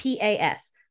PAS